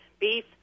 beef